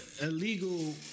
illegal